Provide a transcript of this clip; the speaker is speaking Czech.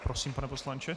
Prosím, pane poslanče.